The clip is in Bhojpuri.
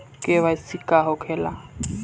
के.वाइ.सी का होखेला?